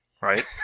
right